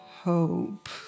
hope